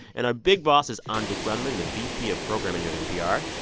and our big boss is anya grundmann, the vp of programming here at npr.